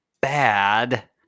bad